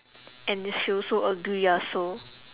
and she also agree ah so